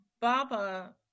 Baba